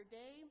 day